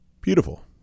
Beautiful